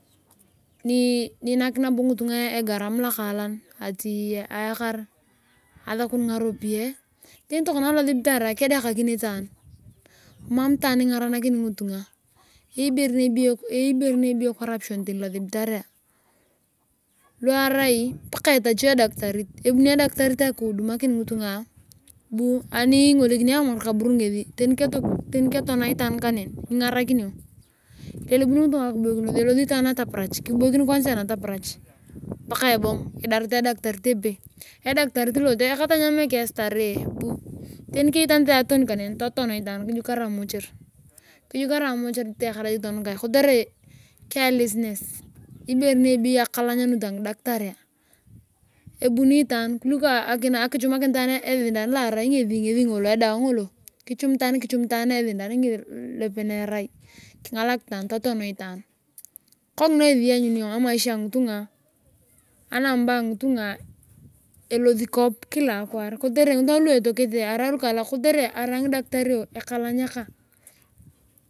Ninak nabo ngitunga egaram lokaalan ati ayaakar asakun ngaropiyae tani tokona alosibitaria kedokakin itaan mam itaan ingaranakini ngitunga eyei ibere ni ebeyo corruption tani losibitarea luaarai paka etachio edaktarit ani ingolikini atamar kaburu ngesi tani ketona itaan kaneni ningarakinio ilelebun ngitunga kiboikinos elsoi itaani kiboikin kuansai nataparach paka ebong idarit edaktarit epei edaktarit lo tayaka tanyam eke starehe bu tani keyei tani atoni kaneni kijukarae mortury teyakarai tonukae kotere carelessness ibere ni ebeyo akalanyamit angidaktaria ebuni itaan kuliko akichuman itaan esindan lo arai edawa ngoto kichum itaan esindan lopenyarai kingalak itaan totoan itaan kongina ngesi lanyuni iyong emaisha angitunga ama anumber angitunga elosi kop kila akwaar kitere ngitunga lu elokete arai lukaalak kotere arai ngidaktario ekalanyaka.